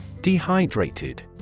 Dehydrated